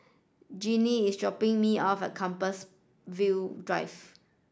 Jinnie is dropping me off at Compassvale Drive